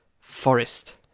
forest